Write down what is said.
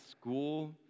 school